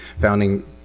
founding